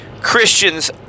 Christians